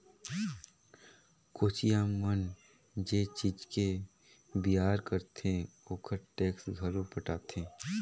कोचिया मन जे चीज के बेयार करथे ओखर टेक्स घलो पटाथे